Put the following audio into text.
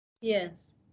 Yes